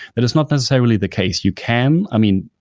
that is not necessarily the case. you can i mean,